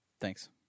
Thanks